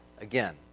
Again